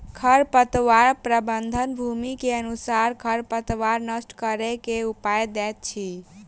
खरपतवार प्रबंधन, भूमि के अनुसारे खरपतवार नष्ट करै के उपाय दैत अछि